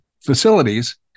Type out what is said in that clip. facilities